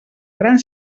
gran